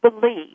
believe